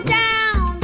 down